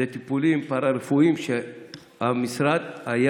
אלה טיפולים פארה-רפואיים שהמשרד היה